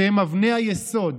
שהם אבני היסוד,